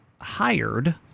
hired